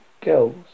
Girls